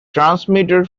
transmitter